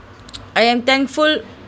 I am thankful